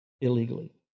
illegally